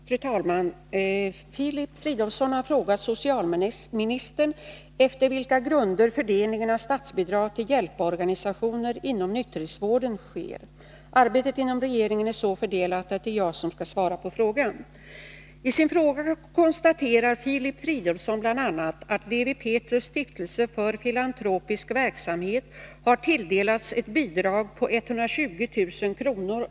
Fru talman! Filip Fridolfsson har frågat socialministern efter vilka grunder fördelningen av statsbidrag till hjälporganisationer inom nykterhetsvården sker. Arbetet inom regeringen är så fördelat att det är jag som skall svara på frågan. I sin fråga konstaterar Filip Fridolfsson bl.a. att Lewi Pethrus Stiftelse för Filantropisk Verksamhet har tilldelats ett bidrag på 120000 kr.